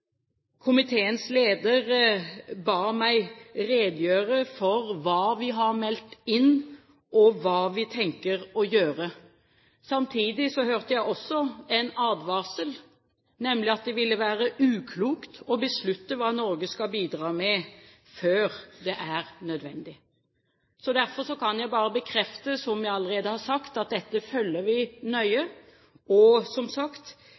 komiteens leder ba meg redegjøre for hva vi har meldt inn, og hva vi tenker å gjøre. Samtidig hørte jeg også en advarsel, nemlig at det ville være uklokt å beslutte hva Norge skal bidra med før det er nødvendig. Derfor kan jeg bare bekrefte det jeg allerede har sagt, at dette følger vi nøye og